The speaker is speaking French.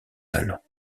talent